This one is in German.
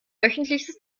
wöchentliches